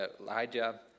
Elijah